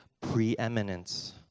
preeminence